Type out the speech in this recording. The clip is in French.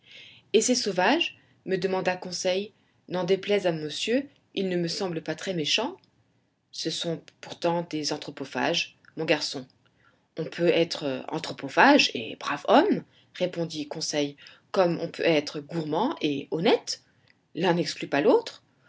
et ces sauvages me demanda conseil n'en déplaise à monsieur ils ne me semblent pas très méchants ce sont pourtant des anthropophages mon garçon on peut être anthropophage et brave homme répondit conseil comme on peut être gourmand et honnête l'un n'exclut pas l'autre